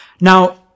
Now